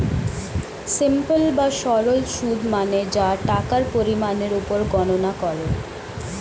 simple বা সরল সুদ মানে যা টাকার পরিমাণের উপর গণনা করে